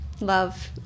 Love